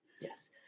Yes